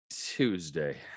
Tuesday